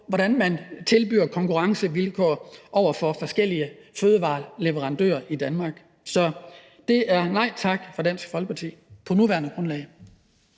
på, hvordan man tilbyder konkurrencevilkår over for forskellige fødevareleverandører i Danmark. Så det er et nej tak fra Dansk Folkeparti på det nuværende grundlag.